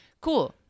cool